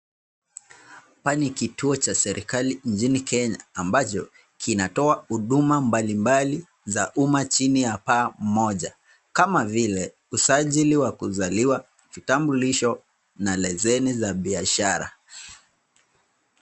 Hapa ni kituo cha serekali nchini Kenya ambacho kinatoa huduma mbali mbali za uma chini ya paa moja kama vile usajili wa kuzaliwa, vitambulisho na leseni za biashara.